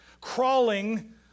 crawling